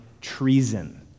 treason